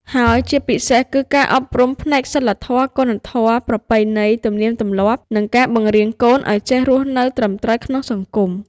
ហើយជាពិសេសគឺការអប់រំផ្នែកសីលធម៌ គុណធម៌ ប្រពៃណី ទំនៀមទម្លាប់ និងការបង្រៀនកូនឲ្យចេះរស់នៅត្រឹមត្រូវក្នុងសង្គម។